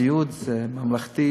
סיעוד זה ממלכתי,